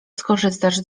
skorzystasz